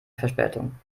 verspätung